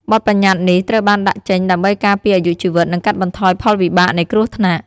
បទប្បញ្ញត្តិនេះ ត្រូវបានដាក់ចេញដើម្បីការពារអាយុជីវិត និងកាត់បន្ថយផលវិបាកនៃគ្រោះថ្នាក់។